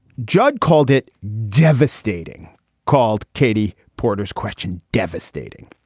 judd called it devastating called katie porter's question devastating.